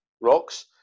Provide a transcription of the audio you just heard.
rocks